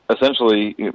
essentially